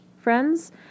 Friends